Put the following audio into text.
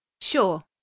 Sure